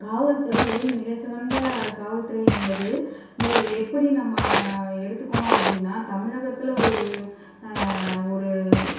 காவல்துறை உலகின் மிக சிறந்த காவல்துறை என்பது எப்படி நம்ம எடுத்துக்கணும் அப்படின்னா தமிழகத்தில் ஒரு ஒரு